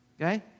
Okay